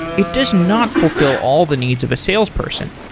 it does not fulfill all the needs of a sales person.